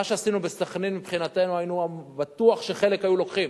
את מה שעשינו בסח'נין היינו בטוחים שחלק היו לוקחים.